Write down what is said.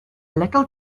little